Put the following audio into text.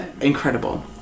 incredible